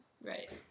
Right